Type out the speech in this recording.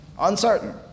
Uncertain